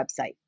website